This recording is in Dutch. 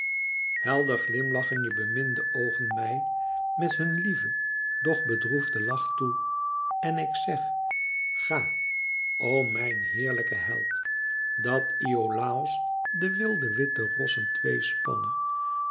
helder glimlachen je beminde oogen mij met hun lieven toch droeven lach toe en ik zeg ga o mijn heerlijke held dat iolàos de wilde witte rossen twee spanne